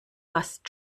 fast